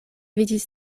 vidis